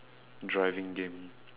driving game